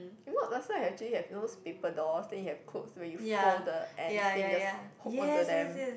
you know last time actually have those paper dolls then you have clothes where you fold the ends then you just hook onto them